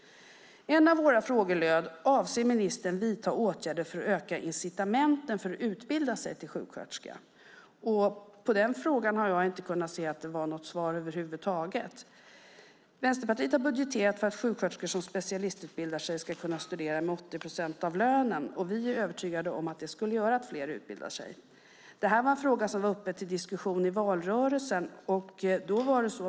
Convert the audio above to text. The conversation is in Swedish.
En av frågorna löd: Avser ministern att vidta åtgärder för att öka incitamenten för att utbilda sig till sjuksköterska? Jag har inte kunnat se att det var något svar över huvud taget på den frågan. Vänsterpartiet har budgeterat för att sjuksköterskor som specialistutbildar sig ska kunna studera med 80 procent av lönen. Vi är övertygade om att det skulle göra att fler utbildar sig. Detta var en fråga som var uppe till diskussion i valrörelsen.